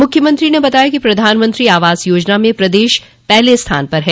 मुख्यमंत्री ने बताया कि प्रधानमंत्री आवास योजना में प्रदेश पहले स्थान पर है